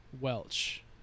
Welch